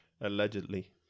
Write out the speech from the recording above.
allegedly